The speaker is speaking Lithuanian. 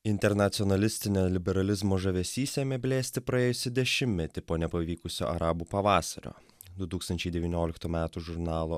internacionalistinė liberalizmo žavesys ėmė blėsti praėjusį dešimtmetį po nepavykusio arabų pavasario du tūkstančiai devynioliktų metų žurnalo